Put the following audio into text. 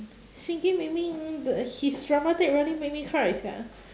shingen maybe um the his dramatic really make me cry sia